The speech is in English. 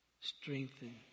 strengthen